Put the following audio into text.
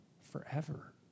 forever